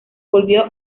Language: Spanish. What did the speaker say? volvió